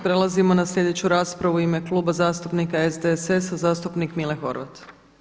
Prelazimo na sljedeću raspravu u ime Kluba zastupnika SDSS-a zastupnik Mile Horvat.